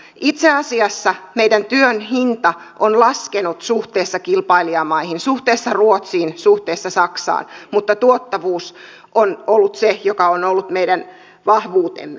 itse asiassa meidän työn hinta on laskenut suhteessa kilpailijamaihin suhteessa ruotsiin suhteessa saksaan mutta tuottavuus on ollut se joka on ollut meidän vahvuutemme